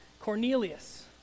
Cornelius